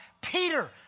Peter